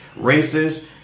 racist